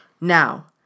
Now